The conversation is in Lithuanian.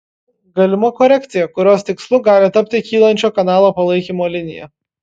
galima korekcija kurios tikslu gali tapti kylančio kanalo palaikymo linija